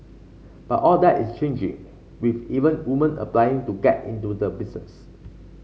but all that is changing with even women applying to get into the business